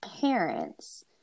parents